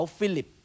Philip